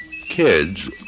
kids